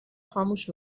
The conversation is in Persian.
خاموش